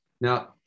Now